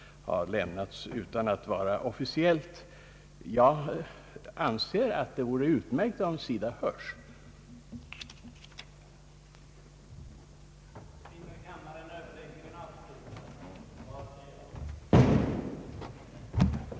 Principiellt vore det utmärkt om SIDA hörs i charterfrågorna.